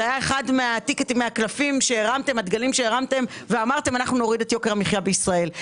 זה היה אחד הדגלים שהרמתם ואמרתם: אנחנו נוריד את יוקר המחיה בישראל.